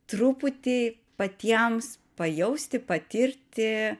truputį patiems pajausti patirti